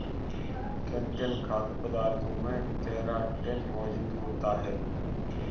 किन किन खाद्य पदार्थों में केराटिन मोजूद होता है?